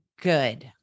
good